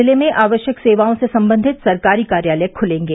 जिले में आवश्यक सेवाओं से संबंधित सरकारी कार्यालय खुलेंगे